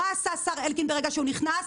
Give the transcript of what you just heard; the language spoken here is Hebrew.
מה עשה השר אלקין ברגע שהוא נכנס?